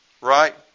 right